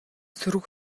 сөрөг